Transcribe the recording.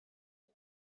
کسی